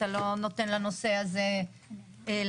אתה לא נותן לנושא הזה לדום,